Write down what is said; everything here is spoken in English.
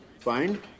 fine